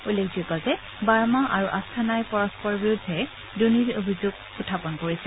উল্লেখযোগ্য যে বাৰ্মা আৰু আস্থানাই পৰস্পৰৰ বিৰুদ্ধে দুৰ্নীতিৰ অভিযোগ উখাপন কৰিছিল